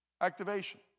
Activation